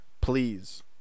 please